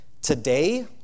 Today